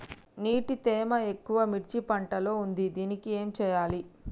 నీటి తేమ ఎక్కువ మిర్చి పంట లో ఉంది దీనికి ఏం చేయాలి?